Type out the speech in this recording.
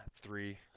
three